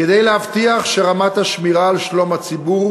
כדי להבטיח שרמת השמירה על שלום הציבור,